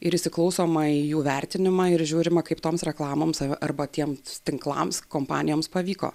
ir įsiklausoma į jų vertinimą ir žiūrima kaip toms reklamoms arba tiems tinklams kompanijoms pavyko